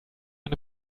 eine